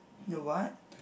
the what